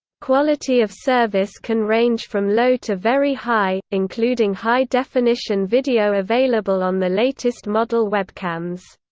quality of service can range from low to very high, including high definition video available on the latest model webcams.